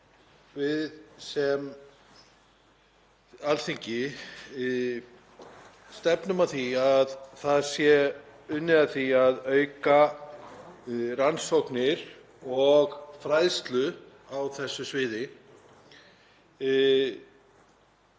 við sem Alþingi stefnum að því að unnið sé að því að auka rannsóknir og fræðslu á þessu sviði.